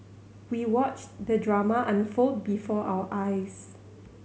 we watched the drama unfold before our eyes